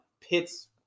pits